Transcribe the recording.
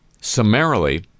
summarily